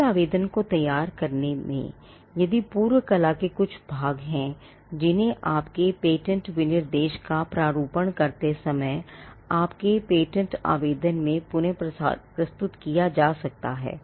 किसी आवेदन को तैयार करने में यदि पूर्व कला के कुछ भाग हैं जिन्हें आपके पेटेंट विनिर्देश का प्रारूपण करते समय आपके पेटेंट आवेदन में पुन प्रस्तुत किया जा सकता है